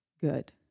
good